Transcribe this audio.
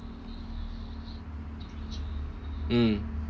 mm